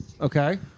Okay